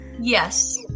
Yes